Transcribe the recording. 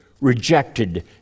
rejected